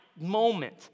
moment